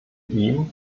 ihm